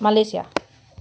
Malaysia